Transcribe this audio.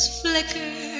flicker